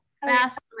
Fast